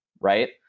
right